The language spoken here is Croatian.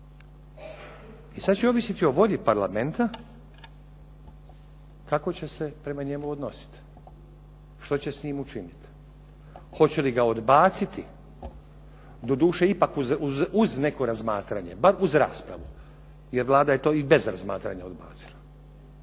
I sad će ovisiti o volji parlamenta kako će se prema njemu odnositi, što će s njim učiniti, hoće li ga odbaciti doduše ipak uz neko razmatranje, bar uz raspravu jer Vlada je to i bez razmatranja odbacila.